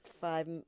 five